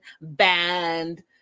band